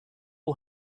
who